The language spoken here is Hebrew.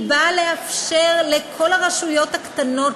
היא באה לאפשר לכל הרשויות הקטנות,